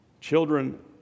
Children